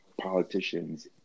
politicians